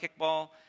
kickball